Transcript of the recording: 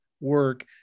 work